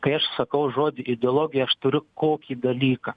kai aš sakau žodį ideologija aš turiu kokį dalyką